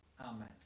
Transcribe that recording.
Amen